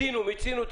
שלום לכולם,